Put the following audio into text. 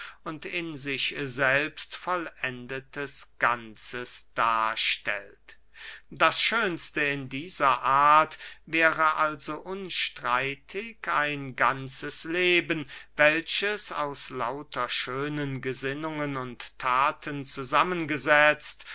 in sich selbst vollendetes ganzes darstellt das schönste in dieser art wäre also unstreitig ein ganzes leben welches aus lauter schönen gesinnungen und thaten zusammengesetzt